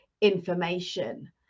Information